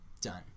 done